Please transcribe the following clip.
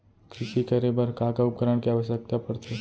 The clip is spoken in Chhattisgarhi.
कृषि करे बर का का उपकरण के आवश्यकता परथे?